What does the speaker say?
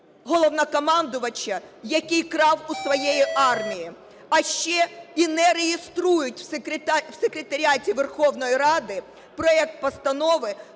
Головнокомандувачу, який крав у своєї армії, а ще і не реєструють в Секретаріаті Верховної Ради проект Постанови